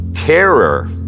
Terror